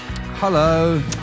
Hello